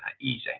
easy